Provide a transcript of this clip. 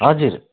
हजुर